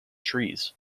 trees